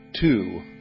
two